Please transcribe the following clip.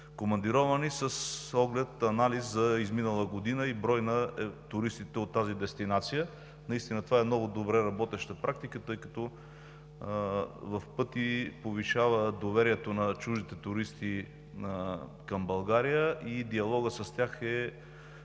командировани, с оглед на анализа за изминала година и броя на туристите от тази дестинация. Това е много добре работеща практика, тъй като в пъти повишава доверието на чуждите туристи към България и диалога с тях е